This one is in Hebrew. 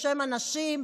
בשם הנשים,